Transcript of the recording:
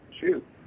shoot